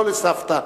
לא לסבתא,